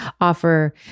offer